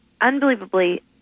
unbelievably